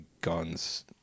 guns